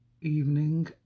Evening